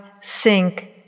sink